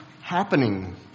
happening